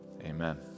Amen